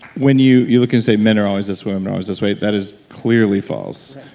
when you you look and say, men are always this way. women are always this way, that is clearly false.